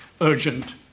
Urgent